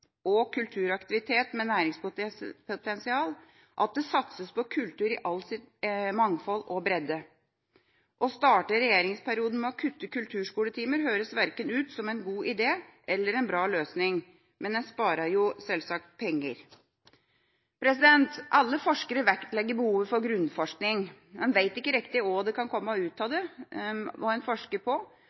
og kulturaktivitet med næringspotensial – at det satses på kultur i alt sitt mangfold og i all sin bredde. Å starte regjeringsperioden med å kutte i kulturskoletimer høres ut som verken en god ide eller en bra løsning – men en sparer selvsagt penger. Alle forskere vektlegger behovet for grunnforskning. En vet ikke riktig hva som kan komme ut av det en forsker på